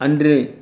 அன்று